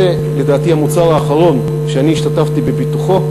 לדעתי זה המוצר האחרון שאני השתתפתי בפיתוחו.